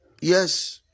Yes